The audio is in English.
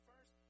first